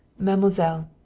mademoiselle,